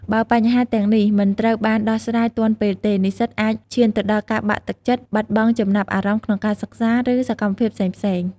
បើបញ្ហាទាំងនេះមិនត្រូវបានដោះស្រាយទាន់ពេលទេ និស្សិតអាចឈានទៅដល់ការបាក់ទឹកចិត្ត បាត់បង់ចំណាប់អារម្មណ៍ក្នុងការសិក្សា ឬសកម្មភាពផ្សេងៗ។